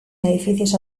edificios